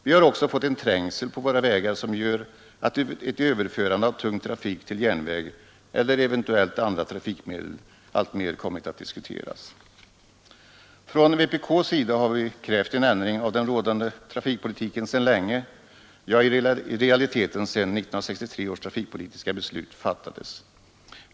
Vi har också fått en trängsel på våra vägar som gör att ett överförande av tung trafik till järnväg eller eventuellt andra trafikmedel alltmer kommit att diskuteras. Från vpk:s sida har vi krävt en ändring av den rådande trafikpolitiken sedan länge — ja, i realiteten sedan 1963 års trafikpolitiska beslut fattades.